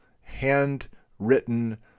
handwritten